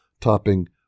topping